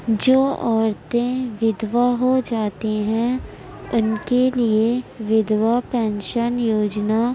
جو عورتیں ودھوا ہو جاتی ہیں ان کے لیے ودھوا پینشن یوجنا